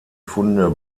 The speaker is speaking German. funde